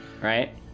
right